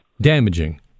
damaging